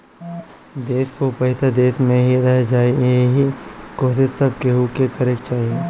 देस कअ पईसा देस में ही रह जाए इहे कोशिश सब केहू के करे के चाही